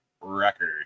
record